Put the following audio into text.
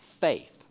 faith